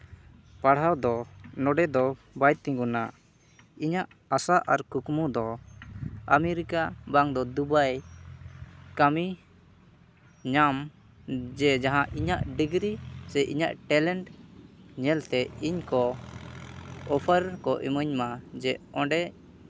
ᱯᱟᱲᱦᱟᱣ ᱫᱚ ᱱᱚᱰᱮ ᱫᱚ ᱵᱟᱝ ᱛᱤᱸᱜᱩᱱᱟ ᱤᱹᱟᱹᱜ ᱟᱥᱟ ᱟᱨ ᱠᱩᱠᱢᱩ ᱫᱚ ᱟᱢᱮᱨᱤᱠᱟ ᱵᱟᱝ ᱫᱚ ᱫᱩᱵᱟᱭ ᱠᱟᱹᱢᱤ ᱧᱟᱢ ᱡᱮ ᱡᱟᱦᱟᱸ ᱤᱹᱟᱹᱜ ᱰᱤᱜᱽᱨᱤ ᱪᱮ ᱤᱟᱹᱜ ᱴᱮᱞᱮᱱᱴ ᱧᱮᱞᱛᱮ ᱤᱧ ᱠᱚ ᱚᱯᱷᱟᱨ ᱠᱚ ᱤᱢᱟᱹᱧ ᱢᱟ ᱡᱮ ᱚᱸᱰᱮ